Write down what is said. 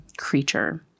creature